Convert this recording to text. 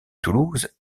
toulouse